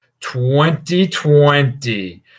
2020